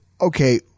okay